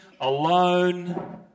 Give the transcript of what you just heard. alone